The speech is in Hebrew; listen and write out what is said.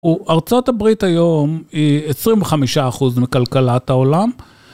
ארצות הברית היום היא 25% מכלכלת העולם.